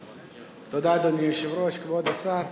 אדוני היושב-ראש, תודה, כבוד השר,